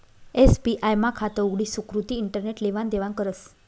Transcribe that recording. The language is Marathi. एस.बी.आय मा खातं उघडी सुकृती इंटरनेट लेवान देवानं करस